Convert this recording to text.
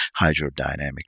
hydrodynamic